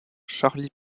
charlie